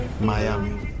Miami